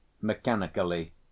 Mechanically